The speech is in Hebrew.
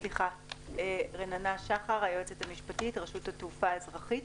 אני היועצת המשפטית של רשות התעופה האזרחית.